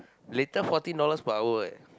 later fourteen dollars per hour leh